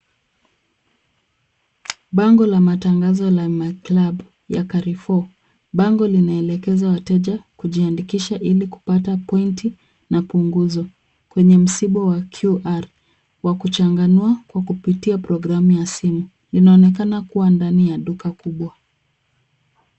Bango la matangazo la maklabu ya(cs) carefour(cs). Bango linaelekeza wateja kujiandikisha hili kupata(cs) point(cs) na kupuzo kwenye msibo (cs)qr(cs) wakuchanganua kwa kupitia*(cs) programm(cs) ya simu. Inaonekana kuwa ndani ya duka kubwa.